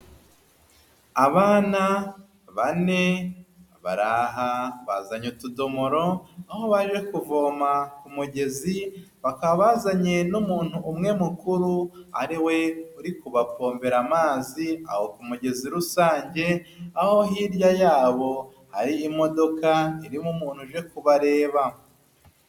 Abana bane, bari aha, bazanye utudomoro, aho baje kuvoma ku mugezi, bakaba bazanye n'umuntu umwe mukuru ari we uri kubapompera amazi aho ku mugezi rusange, aho hirya yabo hari imodoka irimo umuntu uje kubareba.